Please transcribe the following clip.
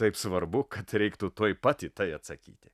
taip svarbu kad reiktų tuoj pat į tai atsakyti